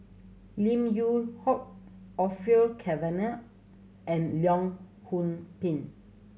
Lim Yew Hock Orfeur Cavenagh and Leong Yoon Pin